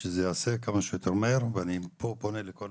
שזה ייעשה כמה שיותר מהר ואני פה פונה לכל